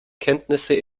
kenntnisse